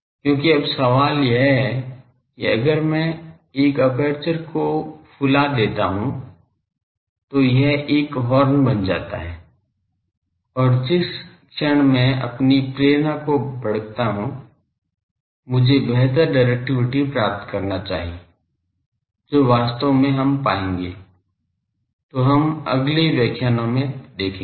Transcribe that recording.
क्योंकि अब सवाल यह है कि अगर मैं एक अपर्चर को फुला देता हूँ तो यह एक हॉर्न बन जाता है और जिस क्षण मैं अपनी प्रेरणा को भड़कता हूं मुझे बेहतर डिरेक्टिविटी प्राप्त करना चाहिए जो वास्तव में हम पाएंगे तो हम अगले व्याख्यानों में देखेंगे